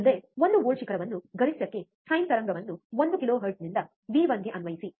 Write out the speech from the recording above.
ಮುಂದೆ ಒಂದು ವೋಲ್ಟ್ ಶಿಖರವನ್ನು ಗರಿಷ್ಠಕ್ಕೆ ಸೈನ್ ತರಂಗವನ್ನು ಒಂದು ಕಿಲೋಹೆರ್ಟ್ಜ್ನಿಂದ ವಿ1 ಗೆ ಅನ್ವಯಿಸಿ